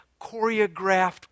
choreographed